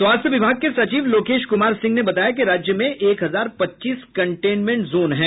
स्वास्थ्य विभाग के सचिव लोकेश कुमार सिंह ने बताया कि राज्य में एक हजार पच्चीस कंटेनमेंट जोन हैं